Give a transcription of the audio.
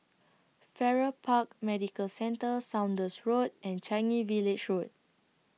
Farrer Park Medical Centre Saunders Road and Changi Village Road